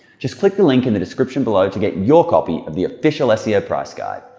just click the link in the description below to get your copy of the official ah seo price guide.